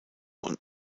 und